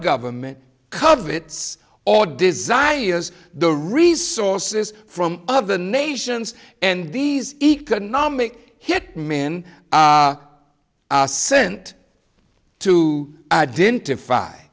government covets or desires the resources from other nations and these economic hit men are sent to identify